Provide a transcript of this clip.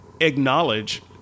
acknowledge